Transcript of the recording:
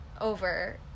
over